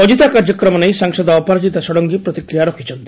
ଅଜିତା କାର୍ଯ୍ୟକ୍ରମ ନେଇ ସାଂସଦ ଅପରାଜିତା ଷଡଙ୍ଗୀ ପ୍ରତିକ୍ରିୟା ରଖିଛନ୍ତି